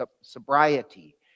sobriety